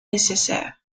nécessaire